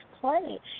play